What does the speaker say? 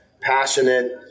passionate